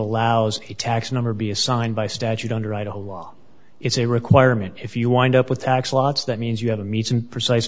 allows a tax number be assigned by statute under idaho law it's a requirement if you wind up with tax lots that means you have to meet some precise